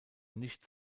nicht